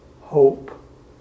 hope